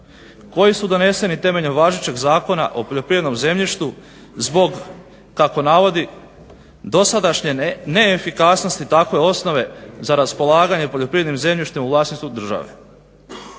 koji su doneseni temeljem važećeg Zakona o poljoprivrednom zemljištu zbog, kako navodi, dosadašnje neefikasnosti takve osnove za raspolaganje poljoprivrednim zemljištem u vlasništvu države.